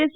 S